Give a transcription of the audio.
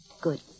Good